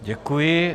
Děkuji.